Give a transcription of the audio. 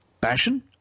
passion